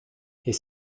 his